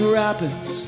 rapids